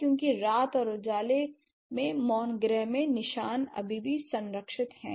क्योंकि रात और उजाले में मौन गृह में निशान अभी भी संरक्षित हैं